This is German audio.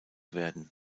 werden